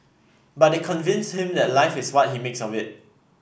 but they convinced him that life is what he makes of it